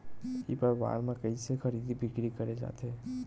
ई व्यापार म कइसे खरीदी बिक्री करे जाथे?